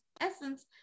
essence